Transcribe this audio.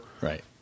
Right